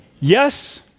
Yes